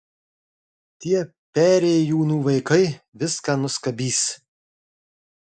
tie perėjūnų vaikai viską nuskabys